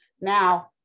Now